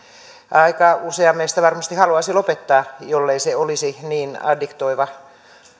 aika usea meistä varmasti haluaisi lopettaa jollei se olisi niin addiktoiva